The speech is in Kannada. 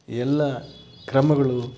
ಎಲ್ಲ ಕ್ರಮಗಳು